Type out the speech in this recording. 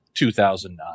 2009